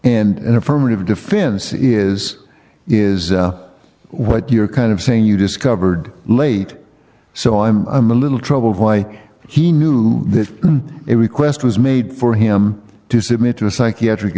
and affirmative defense is is what you're kind of saying you discovered late so i'm i'm a little troubled boy he knew that it request was made for him to submit to a psychiatric